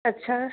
अच्छा